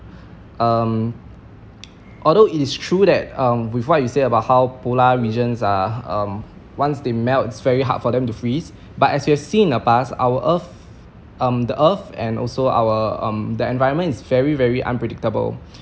um although it is true that um with what you said about how polar regions are um once they melt it's very hard for them to freeze but as you've seen in the past our earth um the earth and also our um the environment is very very unpredictable